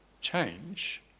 change